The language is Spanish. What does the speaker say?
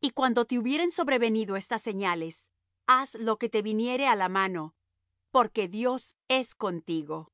y cuando te hubieren sobrevenido estas señales haz lo que te viniere á la mano porque dios es contigo